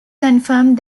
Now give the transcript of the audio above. confirmed